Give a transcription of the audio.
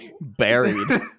Buried